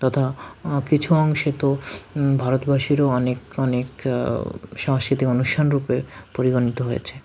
তথা কিছু অংশে তো ভারতবাসীরও অনেক অনেক সাংস্কৃতিক অনুষ্ঠান রূপে পরিগণিত হয়েছে